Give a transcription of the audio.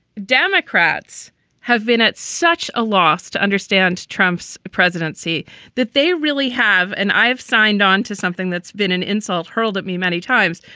democrats have been at such a loss to understand trump's presidency that they really have. and i have signed on to something that's been an insult hurled at me many times.